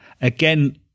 again